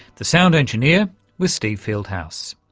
the sound engineer was steve fieldhouse.